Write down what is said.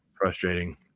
frustrating